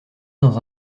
dans